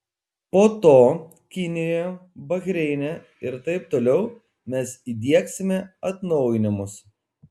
po to kinijoje bahreine ir taip toliau mes įdiegsime atnaujinimus